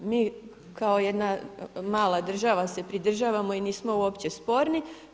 Mi kao jedna mala država se pridržavamo i nismo uopće sporni.